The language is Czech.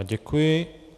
Děkuji.